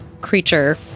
creature